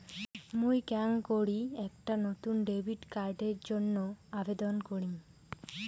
মুই কেঙকরি একটা নতুন ডেবিট কার্ডের জন্য আবেদন করিম?